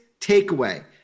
takeaway